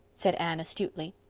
said anne astutely.